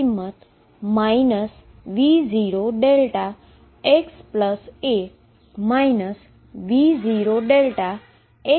અને પોટેંશિઅલનુ સીમેટ્રીક કિંમત V0δxa V0δ છે